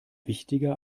wichtiger